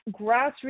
grassroots